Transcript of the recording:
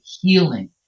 healing